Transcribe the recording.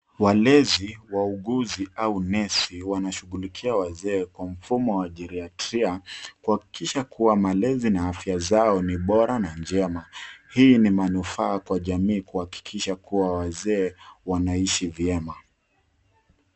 Walezi, wauguzi au nesi wanashughulikia wazee kwa mfumo wa jeriatria kuhakikisha kuwa malezi na afya zao ni bora na njema. Hii ni manufaa kwa jamii kuhakikisha kuwa wazee wanaishi vyema.